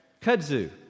kudzu